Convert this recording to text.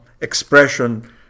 expression